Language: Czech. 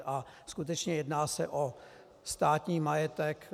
A skutečně jedná se o státní majetek.